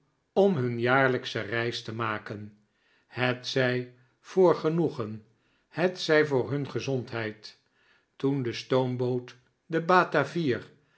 om hun jaarlijksche reis te maken hetzij voor genoegen hetzij voor hun gezondheid toen de stoomboot de batavier